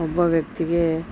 ಒಬ್ಬ ವ್ಯಕ್ತಿಗೆ